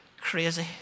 crazy